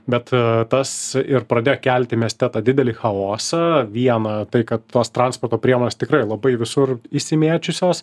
bet tas ir pradėjo kelti mieste tą didelį chaosą viena tai kad tos transporto priemonės tikrai labai visur išsimėčiusios